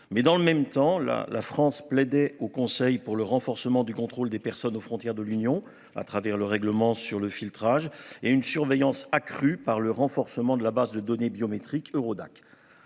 Mais dans le même temps la la France plaidait au Conseil pour le renforcement du contrôle des personnes aux frontières de l'Union à travers le règlement sur le filtrage et une surveillance accrue par le renforcement de la base de données biométriques Eurodac.